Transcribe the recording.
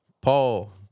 Paul